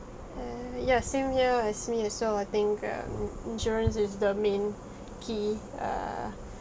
err yeah same here as me as well I think um insurance is the main key err